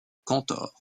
cantor